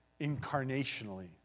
incarnationally